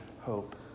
hope